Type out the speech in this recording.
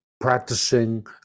practicing